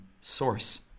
source